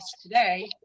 today